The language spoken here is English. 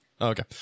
Okay